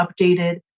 updated